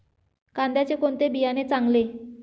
कांद्याचे कोणते बियाणे चांगले?